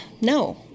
no